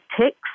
ticks